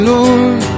Lord